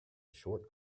short